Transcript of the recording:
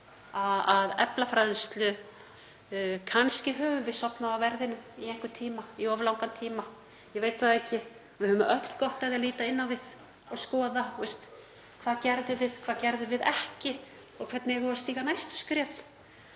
að efla fræðslu. Kannski höfum við sofnað á verðinum í einhvern tíma, í of langan tíma, ég veit það ekki. Við höfum öll gott af því að líta inn á við og skoða: Hvað gerðum við, hvað gerðum við ekki og hvernig eigum við að stíga næstu skref?